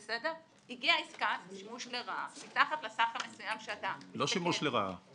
הגיעה עסקת מימוש לרעה --- לא שימוש לרעה.